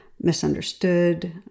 misunderstood